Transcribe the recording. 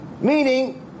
Meaning